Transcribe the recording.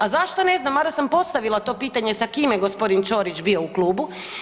A zašto ne znam mada sam postavila to pitanje sa kim je gospodin Ćorić bio u klubu?